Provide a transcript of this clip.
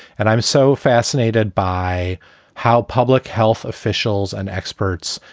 and i'm so fascinated by how public health officials and experts.